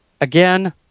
again